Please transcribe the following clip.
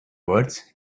words